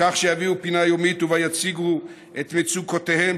בכך שיביאו פינה יומית ובה יציגו את מצוקותיהם